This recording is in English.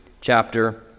chapter